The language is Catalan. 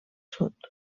sud